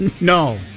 No